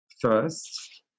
first